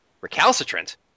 recalcitrant